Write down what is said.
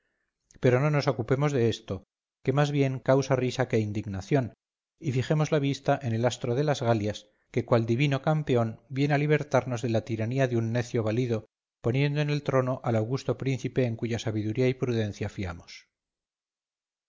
pero no nos ocupemos de esto que más bien causa risa que indignación y fijemos la vista en el astro de las galias que cual divino campeón viene a libertarnos de la tiranía de un necio valido poniendo en el trono al augusto príncipe en cuya sabiduría y prudencia fiamos